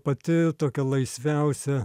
pati tokia laisviausia